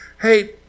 Hey